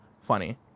Funny